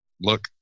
look